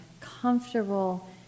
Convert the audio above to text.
comfortable